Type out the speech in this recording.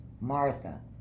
martha